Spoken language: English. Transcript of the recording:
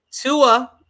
Tua